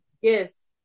Yes